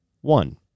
one